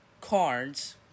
cards